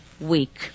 week